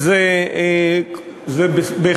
זה לא קשור לחוק, זה מגיע לו.